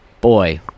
boy